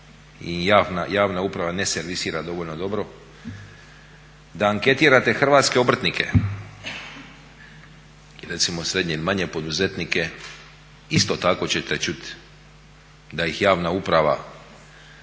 i javna uprava ne servisira dovoljno dobro, da anketirate hrvatske obrtnike i recimo srednje manje poduzetnike, isto tako ćete čuti da ih javna uprava